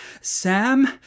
Sam